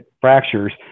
fractures